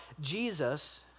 Jesus